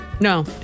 No